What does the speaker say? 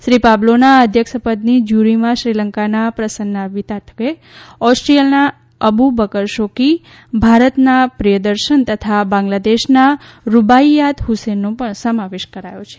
શ્રી પાબ્લોના અધ્યક્ષપદની જ્યુરીમાં શ્રીલંકાના પ્રસન્ના વિથાનગે ઓસ્ટ્રિયાના અબુ બકર શોકી ભારતના પ્રિયદર્શન તથા બાંગ્લાદેશના રૂબાઈયાત હુસેનનો પણ સમાવેશ કરાયો છે